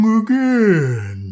again